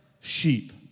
sheep